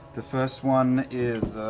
the first one is,